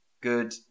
good